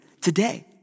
Today